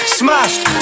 smashed